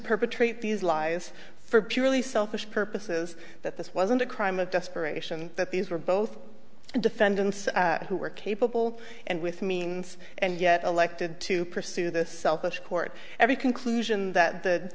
perpetrate these lies for purely selfish purposes that this wasn't a crime of desperation that these were both defendants who were capable and with means and yet elected to pursue this court every conclusion that the